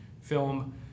film